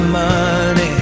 money